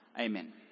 Amen